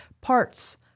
parts